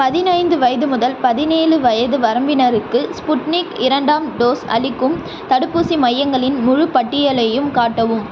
பதினைந்து வயது முதல் பதினேழு வயது வரம்பினருக்கு ஸ்புட்னிக் இரண்டாம் டோஸ் அளிக்கும் தடுப்பூசி மையங்களின் முழு பட்டியலையும் காட்டவும்